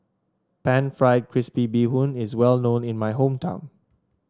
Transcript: pan fried crispy Bee Hoon is well known in my hometown